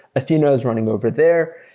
athena is running over there,